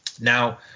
Now